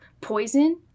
poison